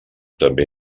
també